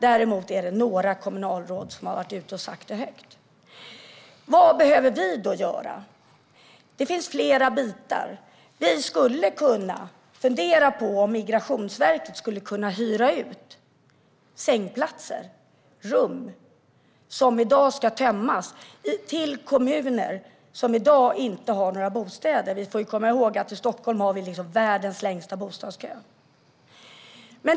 Däremot är det några kommunalråd som har varit ute och sagt det högt. Vad behöver vi då göra? Det finns flera bitar. Vi skulle kunna fundera på om Migrationsverket skulle kunna hyra ut sängplatser, rum, som i dag ska tömmas till kommuner som i dag inte har några bostäder. Vi får komma ihåg att i Stockholm har vi världens längsta bostadskö.